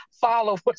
followers